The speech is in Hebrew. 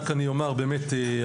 אני רק אומר שהחוק,